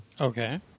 Okay